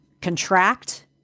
contract